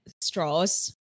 straws